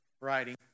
writing